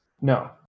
No